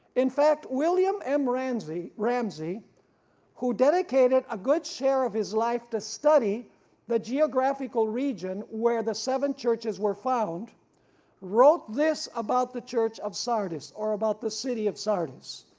in fact william m. ramsey who who dedicated a good share of his life to study the geographical region where the seven churches were found wrote this about the church of sardis or about the city of sardis.